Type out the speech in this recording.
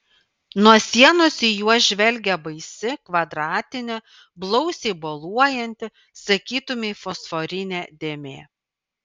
nuo sienos į juos žvelgė baisi kvadratinė blausiai boluojanti sakytumei fosforinė dėmė